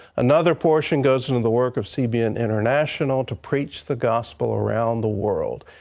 another portion goes into the work of cbn international to preach the gospel around the world.